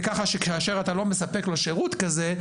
וככה שכאשר אתה לא מספק לו שירות כזה,